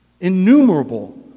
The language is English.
Innumerable